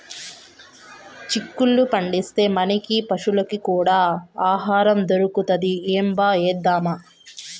చిక్కుళ్ళు పండిస్తే, మనకీ పశులకీ కూడా ఆహారం దొరుకుతది ఏంబా ఏద్దామా